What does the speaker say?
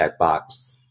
checkbox